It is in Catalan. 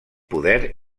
poder